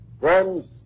Friends